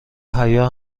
حیا